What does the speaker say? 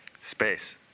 Space